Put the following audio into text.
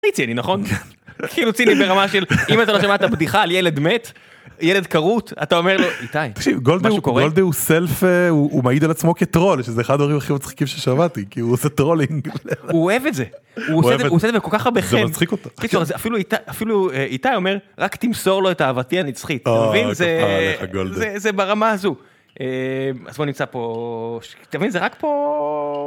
אני ציני נכון? אפילו ציני ברמה של אם אתה לא שמעת על בדיחה של ילד מת, ילד כרות אתה אומר לו: "איתי, משהו קורה..." תקשיב גולדו, גולדו הוא, הוא סלף, הוא מעיד על עצמו כטרול שזה אחד הדברים הכי מצחיקים ששמעתי כי הוא עושה טרולינג. הוא אוהב את זה, הוא עושה את זה בכל כך הרבה חן, אפילו איתי אומר: "רק תמסור לו את אהבתי הנצחית". אתה מבין? זה, זה ברמה הזו, אהה... אז בוא נמצא פה, אתה מבין זה רק פה...